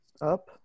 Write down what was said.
up